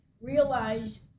Realize